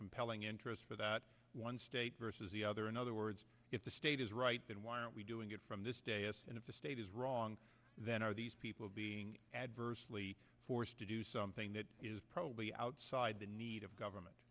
compelling interest for that one state versus the other in other words if the state is right then why aren't we doing it from this day and if the state is wrong then are these people being adversely forced to do something that is probably outside the need of government